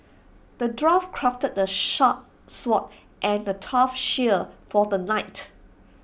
the dwarf crafted A sharp sword and A tough shield for the knight